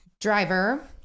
driver